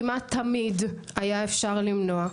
כמעט תמיד היה אפשר למנוע,